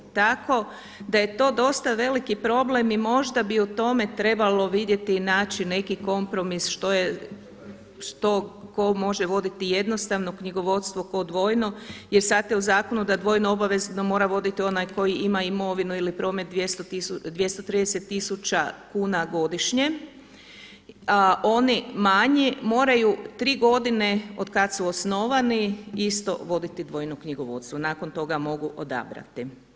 Tako da je to dosta veliki problem i možda bi o tome trebalo vidjeti i naći neki kompromis što ko može voditi jednostavno knjigovodstvo, ko dvojno jer sada je u zakonu da dvojno obavezno mora voditi onaj koji ima imovinu ili promet 230 tisuća kuna godišnje, a oni manji moraju tri godine od kada su osnovane isto voditi dvojno knjigovodstvo, nakon toga mogu odabrati.